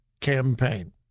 campaign